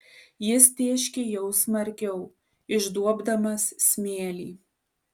jis tėškė jau smarkiau išduobdamas smėlį